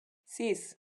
sis